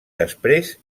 després